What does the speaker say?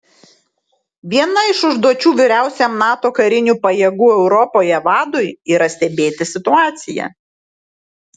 viena iš užduočių vyriausiajam nato karinių pajėgų europoje vadui yra stebėti situaciją